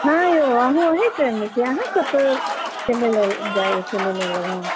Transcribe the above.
हँ यौ अहूँ अही ट्रेनमे छी अहाँ कतऽ चलै लेल जाइके लेल अएलहुँ हँ